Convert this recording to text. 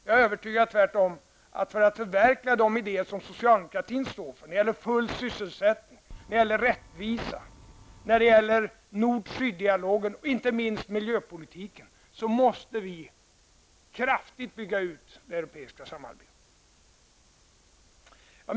Jag är tvärtom övertygad om att vi för att förverkliga de idéer som socialdemokratin står för när det gäller full sysselsättning, rättvisa, nord--syd-dialogen och inte minst miljön måste kraftigt bygga ut det europeiska samarbetet.